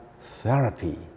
therapy